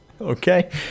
Okay